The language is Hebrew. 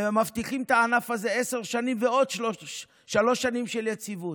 ומבטיחים את הענף הזה לעשר שנים ועוד שלוש שנים של יציבות,